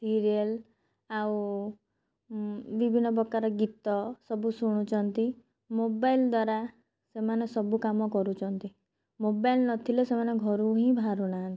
serial ଆଉ ବିଭିନ୍ନ ପ୍ରକାର ଗୀତ ସବୁ ଶୁଣୁଛନ୍ତି ମୋବାଇଲ୍ ଦ୍ଵାରା ସେମାନେ ସବୁ କାମ କରୁଛନ୍ତି ମୋବାଇଲ୍ ନଥିଲେ ସେମାନେ ଘରୁ ହିଁ ବାହାରୁ ନାହାଁନ୍ତି